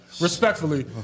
Respectfully